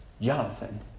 Jonathan